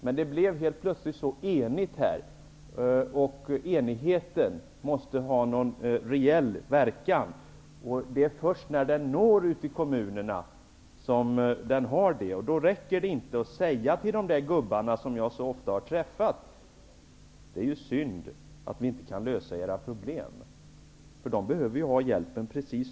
Men det blev helt plötsligt så stor enighet här. Enigheten måste dock ha en reell verkan. Det är först när enigheten når ut till kommunerna som den får en sådan verkan. Då räcker det inte att säga till gubbarna, som jag ofta har träffat: Det är synd att vi inte kan lösa era problem. De här gubbarna behöver ju få hjälp just nu.